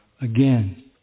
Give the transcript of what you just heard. again